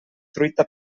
truita